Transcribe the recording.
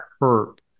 hurt